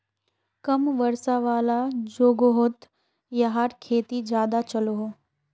कम वर्षा वाला जोगोहोत याहार खेती ज्यादा चलोहो